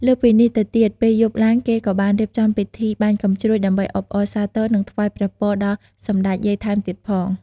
លើសពីនេះទៅទៀតពេលយប់ឡើងគេក៏បានរៀបចំពីធីបាញ់កាំជ្រួចដើម្បីអបអរសាទរ និងថ្វាយព្រះពរដល់សម្តេចយាយថែមទៀតផង។